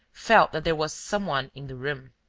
felt that there was some one in the room.